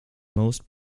most